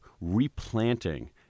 replanting